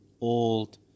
old